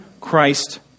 Christ